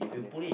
yes